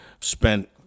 spent